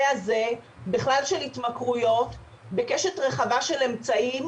הזה בכלל של התמכרויות בקשת רחבה של אמצעים.